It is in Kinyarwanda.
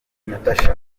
natacha